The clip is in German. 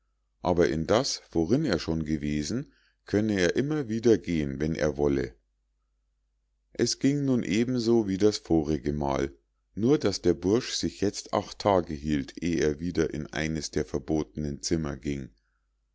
aber in das worin er schon gewesen könne er immer wieder gehen wenn er wolle es ging nun eben so wie das vorige mal nur daß der bursch sich jetzt acht tage hielt eh er wieder in eines der verbotenen zimmer ging